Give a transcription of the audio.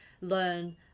learn